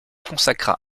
consacra